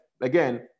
again